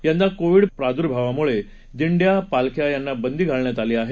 यंदा कोविड प्रादुर्भावामुळे दिंड्या पालख्या यांना बंदी घालण्यात आली आहे